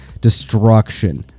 destruction